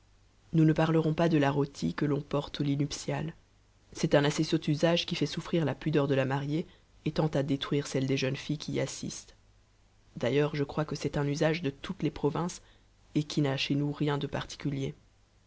nous ne parlerons pas de la rôtie que l'on porte au lit nuptial c'est un assez sot usage qui fait souffrir la pudeur de la mariée et tend à détruire celle des jeunes filles qui y assistent d'ailleurs je crois que c'est un usage de toutes les provinces et qui n'a chez nous rien de particulier